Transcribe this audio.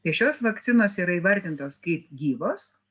tai šios vakcinos yra įvardintos kaip gyvos